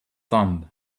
thumb